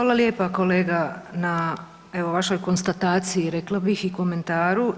Hvala lijepa kolega na evo vašoj konstataciji, rekla bih i komentaru.